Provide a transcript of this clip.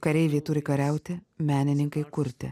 kareiviai turi kariauti menininkai kurti